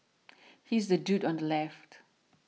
he's the dude on the left